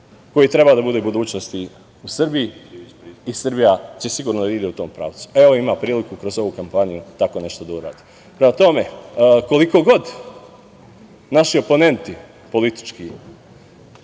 koji treba da budu budućnost u Srbiji. Srbija će sigurno da ide u tom pravcu. Evo, imamo priliku kroz ovu kampanju tako nešto da uradimo. Prema tome, koliko god naši politički